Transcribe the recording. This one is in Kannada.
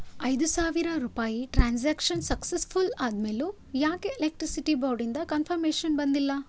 ಐದು ಸಾವಿರ ರೂಪಾಯಿ ಟ್ರಾನ್ಸಾಕ್ಷನ್ ಸಕ್ಸಸ್ಫುಲ್ ಅದಮೇಲೂ ಯಾಕೆ ಎಲೆಕ್ಟ್ರಿಸಿಟಿ ಬೋರ್ಡಿಂದ ಕನ್ಫರ್ಮೇಷನ್ ಬಂದಿಲ್ಲ